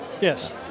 yes